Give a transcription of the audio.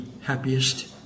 happiest